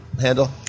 handle